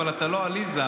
אתה לא עליזה.